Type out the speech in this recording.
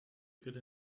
could